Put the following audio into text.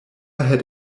had